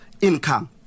income